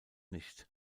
nicht